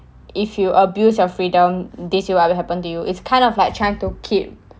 if you abuse your freedom this is what will happen to you it's kind of like trying to keep